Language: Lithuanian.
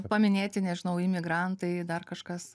paminėti nežinau imigrantai dar kažkas